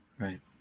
right